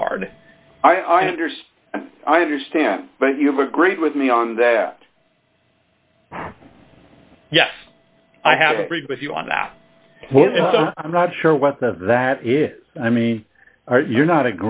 regard i understand i understand but you've agreed with me on that yes i have agreed with you on that i'm not sure what that is i mean you're not